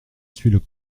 suis